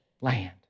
land